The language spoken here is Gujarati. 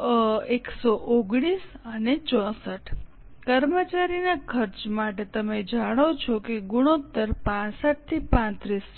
119 અને 64 કર્મચારીના ખર્ચ માટે તમે જાણો છો કે ગુણોત્તર 65 થી 35 છે